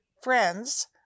friends